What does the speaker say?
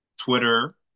Twitter